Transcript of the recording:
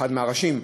אחד מהראשים,